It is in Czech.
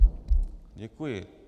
Děkuji.